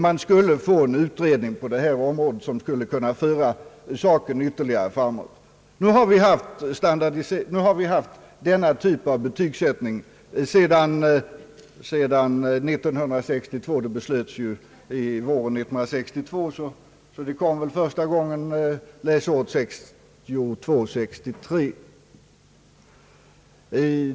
Man skulle få en utredning på detta område, en utredning som skulle kunna föra saken framåt ytterligare. Vi har haft denna typ av betygssättning sedan 1962. Beslutet fattades på våren, och systemet tillämpades första gången läsåret 1962—1963.